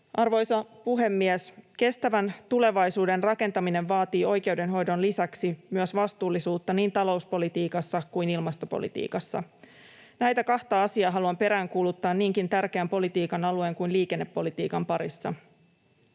Arvoisa puhemies! Kestävän tulevaisuuden rakentaminen vaatii oikeudenhoidon lisäksi myös vastuullisuutta niin talouspolitiikassa kuin ilmastopolitiikassa. Näitä kahta asiaa haluan peräänkuuluttaa niinkin tärkeän politiikan alueen kuin liikennepolitiikan parissa: